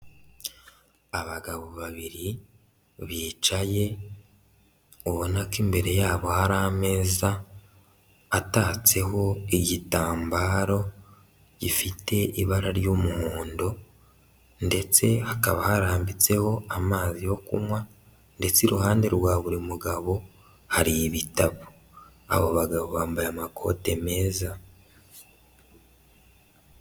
Abagabo babiri bicaye ubona ko imbere yabo hari ameza atatseho igitambaro gifite ibara ry'umuhondo ndetse hakaba harambitseho amazi yo kunywa ndetse iruhande rwa buri mugabo hari ibitabo. Abo bagabo bambaye amakote meza.